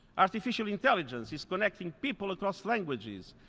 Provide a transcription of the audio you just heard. artificial intelligence is connecting people across languages,